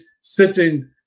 sitting